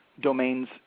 domains